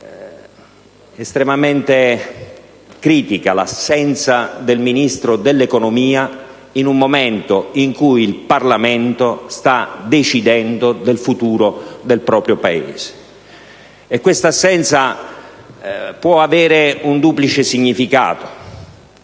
trovo sia estremamente critica l'assenza del Ministro dell'economia in un momento in cui il Parlamento sta decidendo del futuro del Paese. Questa assenza può avere un duplice significato: